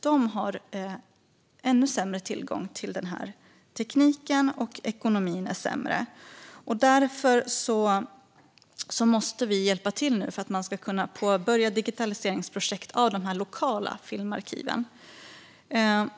De har sämre tillgång till tekniken, och ekonomin är sämre. Därför måste vi nu hjälpa till, så att de kan påbörja digitaliseringen av de lokala filmarkiven.